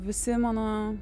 visi mano